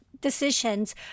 decisions